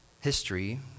History